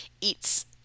eats